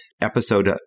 episode